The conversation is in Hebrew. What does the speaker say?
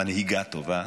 מנהיגה טובה,